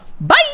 bye